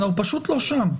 אנחנו פשוט לא שם.